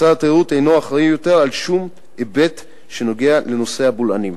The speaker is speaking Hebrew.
משרד התיירות אינו אחראי יותר על שום היבט שנוגע לנושא הבולענים.